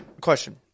Question